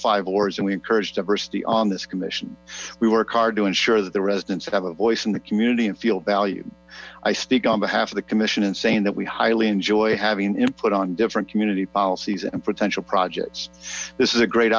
five awards and we encourage diversity on this commission we work hard to ensure that the residents have a voice in the community and feel valued i speak on behalf of the commission in saying that we highly enjoy having input on different community policies and potential projects this is a great